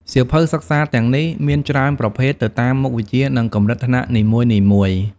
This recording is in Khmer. សៀវភៅសិក្សាទាំងនេះមានច្រើនប្រភេទ ទៅតាមមុខវិជ្ជា និងកម្រិតថ្នាក់នីមួយៗ។